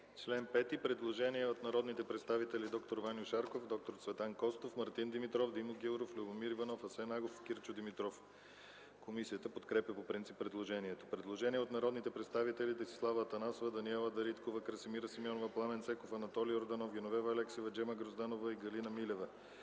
чл. 5 има предложение от народните представители д-р Ваньо Шарков, д-р Цветан Костов, Мартин Димитров, Димо Гяуров, Любомир Иванов, Асен Агов и Кирчо Димитров. Комисията подкрепя по принцип предложенията. Предложение от народните представители Десислава Атанасова, Даниела Дариткова, Красимира Симеонова, Пламен Цеков, Анатолий Йорданов, Геновева Алексиева, Джема Грозданова и Галина Милева.